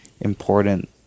important